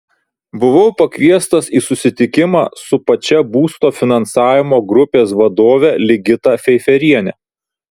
buvau pakviestas į susitikimą su pačia būsto finansavimo grupės vadove ligita feiferiene